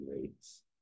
rates